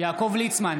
יעקב ליצמן,